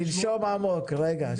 אוסאמה, תנשום עמוק, רגע.